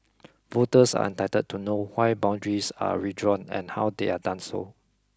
voters are entitled to know why boundaries are redrawn and how they are done so